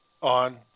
on